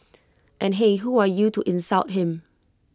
and hey who are you to insult him